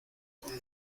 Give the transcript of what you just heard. con